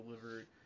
delivered